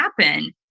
happen